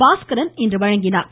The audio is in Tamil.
பாஸ்கரன் இன்று வழங்கினார்